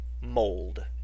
mold